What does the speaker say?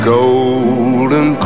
golden